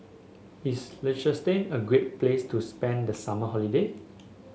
is Liechtenstein a great place to spend the summer holiday